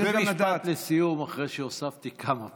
במשפט לסיום, אחרי שהוספתי כמה פעמים.